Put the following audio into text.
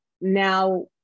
now